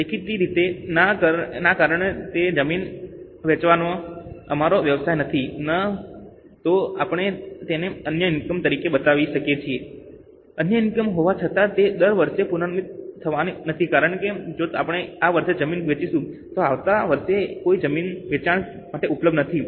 દેખીતી રીતે ના કારણ કે જમીન વેચવાનો અમારો વ્યવસાય નથી ન તો આપણે તેને અન્ય ઇનકમ તરીકે બતાવી શકીએ છીએ અન્ય ઇનકમ હોવા છતાં તે દર વર્ષે પુનરાવર્તિત થવાની નથી કારણ કે જો આપણે આ વર્ષે જમીન વેચીશું તો આવતા વર્ષે કોઈ જમીન વેચાણ માટે ઉપલબ્ધ નથી